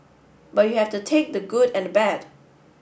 but you have to take the good and the bad